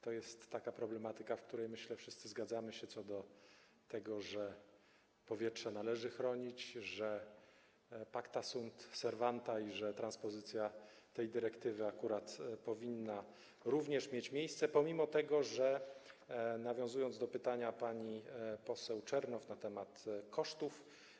To jest taka problematyka, w przypadku której, myślę, wszyscy zgadzamy się co do tego, że powietrze należy chronić, iż pacta sunt servanda i że transpozycja tej dyrektywy powinna mieć miejsce, pomimo że - nawiązując do pytania pani poseł Czernow na temat kosztów.